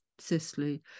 Cicely